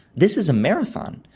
this is a marathon.